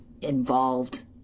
involved